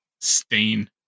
Stain